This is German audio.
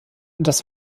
das